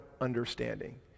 understanding